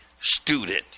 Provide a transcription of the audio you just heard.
student